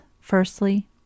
firstly